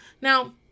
Now